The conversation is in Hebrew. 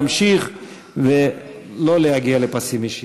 נא להמשיך, ולא להגיע לפסים אישיים.